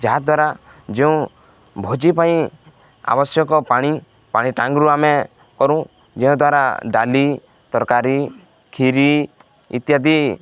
ଯାହାଦ୍ୱାରା ଯେଉଁ ଭୋଜି ପାଇଁ ଆବଶ୍ୟକ ପାଣି ପାଣି ଟ୍ୟାଙ୍କରୁ ଆମେ କରୁ ଯେଉଁଦ୍ୱାରା ଡାଲି ତରକାରୀ କ୍ଷୀରି ଇତ୍ୟାଦି